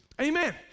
Amen